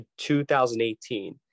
2018